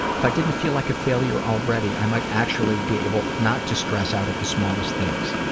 if i didn't feel like a failure already, i might actually be able not to stress out at the smallest things.